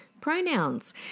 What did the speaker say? pronouns